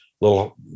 little